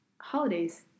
holidays